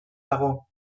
dago